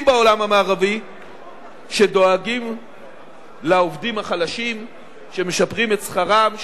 בעולם המערבי שדואגים לעובדים החלשים שמשפרים את שכרם,